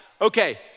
okay